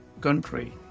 country